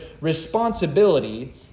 responsibility